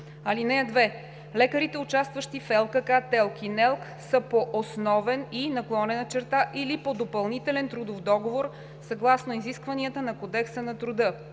(2) Лекарите, участващи в ЛКК, ТЕЛК и НЕЛК, са по основен и/или по допълнителен трудов договор, съгласно изискванията на Кодекса на труда.